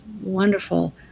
wonderful